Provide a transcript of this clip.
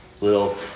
little